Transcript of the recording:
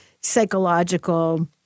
psychological